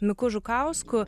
miku žukausku